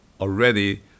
already